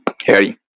Harry